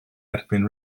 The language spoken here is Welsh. erbyn